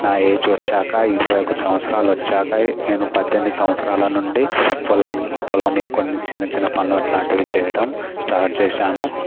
నా ఏజ్ వచ్చాక ఇరవై ఒకటి సంవత్సరాలు వచ్చాక నేను పద్దెనిమిది సంవత్సరాల నుండి పొలం పొలంలో కొన్ని చిన్న చిన్న పనులు అట్లాంటివి చేయడం స్టార్ట్ చేశాను